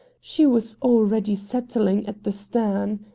she was already settling at the stern.